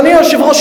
אדוני היושב-ראש,